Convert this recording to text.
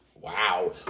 wow